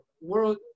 world